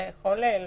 אתה יכול להסביר